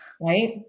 Right